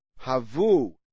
Havu